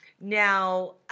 Now